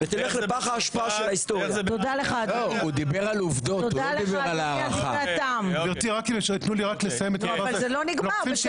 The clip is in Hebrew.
או שאתם מפקחים על ניגוד עניינים באופן יזום?